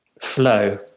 flow